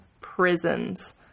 prisons